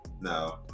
No